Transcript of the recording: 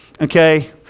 Okay